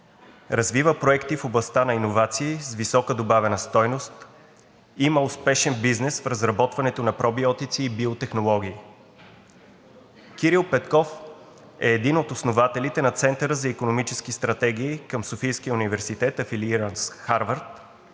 развива проекти в областта на иновации с висока добавена стойност, има успешен бизнес в разработването на пробиотици и биотехнологии. Кирил Петков е един от основателите на Центъра за икономически стратегии към Софийския университет, афилииран с Харвард,